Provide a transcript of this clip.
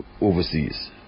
overseas